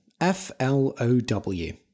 F-L-O-W